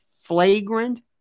flagrant